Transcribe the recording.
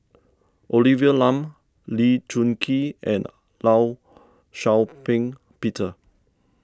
Olivia Lum Lee Choon Kee and Law Shau Ping Peter